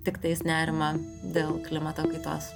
tiktais nerimą dėl klimato kaitos